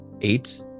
eight